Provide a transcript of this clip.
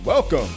Welcome